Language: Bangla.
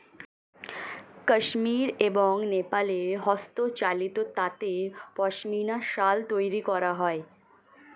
কাশ্মীর এবং নেপালে হস্তচালিত তাঁতে পশমিনা শাল তৈরি করা হয়